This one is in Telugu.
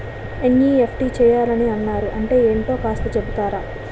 ఎన్.ఈ.ఎఫ్.టి చేయాలని అన్నారు అంటే ఏంటో కాస్త చెపుతారా?